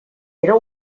era